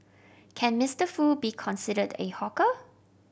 can Mister Foo be considered a hawker